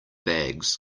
bags